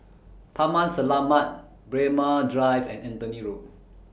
Taman Selamat Braemar Drive and Anthony Road